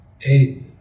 eight